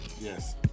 Yes